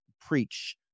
preach